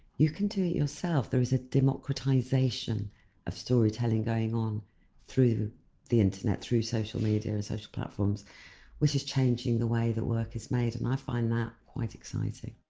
you can do it yourself, there is a democratisation of storytelling going on through the internet, through social media and social platforms which is changing the way the work is made and i find that quite exciting.